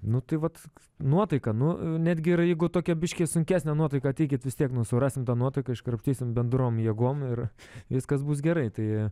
nu tai vat nuotaika nu netgi ir jeigu tokia biškį sunkesnę nuotaiką ateikit vis tiek surasim tą nuotaiką iškrapštysim bendrom jėgom ir viskas bus gerai tai